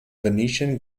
venetian